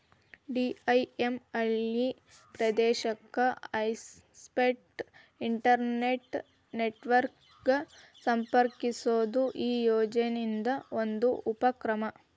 DIM ಹಳ್ಳಿ ಪ್ರದೇಶಕ್ಕೆ high speed internet network ಗ ಸಂಪರ್ಕಿಸೋದು ಈ ಯೋಜನಿದ್ ಒಂದು ಉಪಕ್ರಮ